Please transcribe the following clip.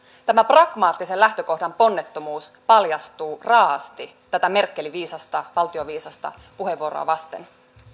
tämä pragmaattisen lähtökohdan ponnettomuus paljastuu raaasti tätä merkelin valtioviisasta puheenvuoroa vasten